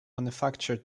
manufacture